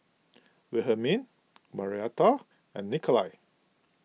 Wilhelmine Marietta and Nikolai